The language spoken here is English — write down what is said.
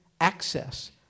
access